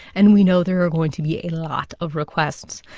and we know there are going to be a lot of requests.